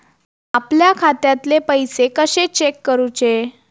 आपल्या खात्यातले पैसे कशे चेक करुचे?